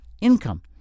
income